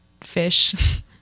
fish